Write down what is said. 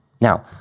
Now